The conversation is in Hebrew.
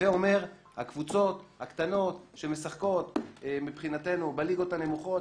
הווי אומר הקבוצות הקטנות שמשחקות מבחינתנו בליגות הנמוכות,